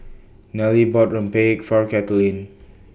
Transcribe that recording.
Nelle bought Rempeyek For Kaitlin